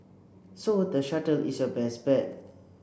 so the shuttle is your best bet